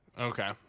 Okay